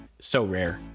SoRare